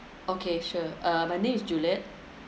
okay sure uh my name is juliet